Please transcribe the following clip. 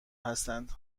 هستند